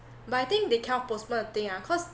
but I think they cannot postpone the thing ah cause